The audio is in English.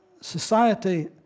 society